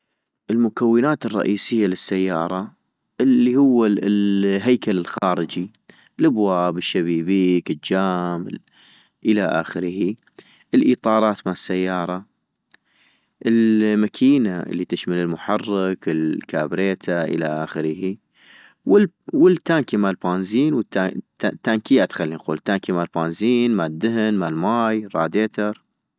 المكونات الرئيسية للسيارة ، الي هو ال الهيكَل الخارجي ، الابواب الشبيبيك الجام ال إلى اخره - الايطارات مال سيارة - المدينة الي تشمل المحرك ، الكابريته إلى اخترع - والب-التانكي مال بانزين والت تانكيات خلي نقول، تانكي مال بانزين مال دهن مال ماي الراديتر